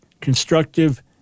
constructive